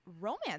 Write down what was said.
romance